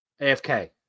afk